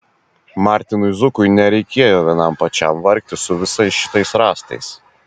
martinui zukui nereikėjo vienam pačiam vargti su visais šitais rąstais